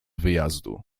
wyjazdu